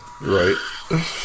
Right